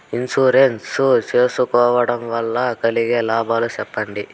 Insurance సేసుకోవడం వల్ల కలిగే లాభాలు సెప్పగలరా?